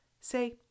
say